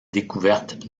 découvertes